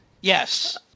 Yes